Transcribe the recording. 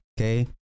Okay